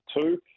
two